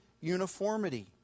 uniformity